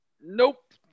Nope